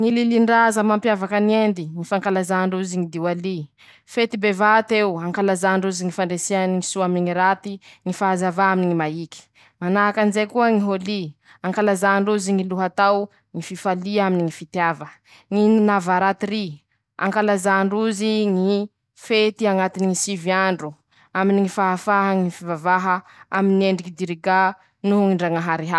Ñy lilindraza mampiavaky an'Endy: ñy fankalazà ndrozy ñy dioaly, fety bevat'eo, ankalazà ndrozy ñy fandresea ñ soa amiñy raty, ñy fahazavà aminy ñy maïky, manahakan'izay koa ñy hôlyy, ankalazà ndrozy ñy loha tao, ñy fifalia aminy ñy fitiava, ñ navaratiryy, ankalazà ndrozy ñy fety añantiny ñy sivy andro aminy ñy fahafaha fivavaha, aminy ñ'endriky dirià noho ñy ndrañah.